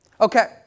Okay